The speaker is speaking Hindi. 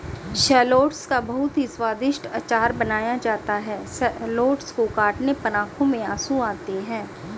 शैलोट्स का बहुत ही स्वादिष्ट अचार बनाया जाता है शैलोट्स को काटने पर आंखों में आंसू आते हैं